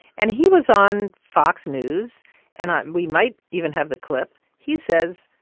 and he was on fox news and um we might even have the clip. he says,